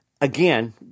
again